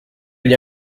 gli